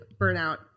burnout